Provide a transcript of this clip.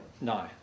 No